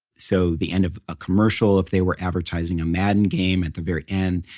so the end of a commercial, if they were advertising a madden game at the very end,